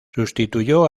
sustituyó